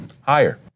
Higher